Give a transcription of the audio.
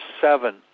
seven